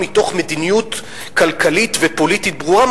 מתוך מדיניות כלכלית ופוליטית ברורה,